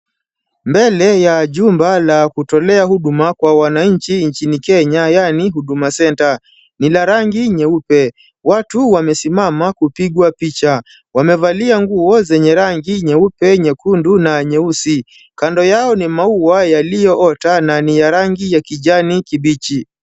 Mbele ya jumba la kutolea huduma kwa wananchi nchini Kenya yaani Huduma Center. Ni rangi nyeupe, watu wamesimama kupigwa picha. Wamevalia nguo zenye rangi nyeupe, nyekundu na nyeusi. Kando yao ni maua yaliyo ota na niya rangi ya kijani kibichi.